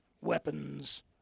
weapons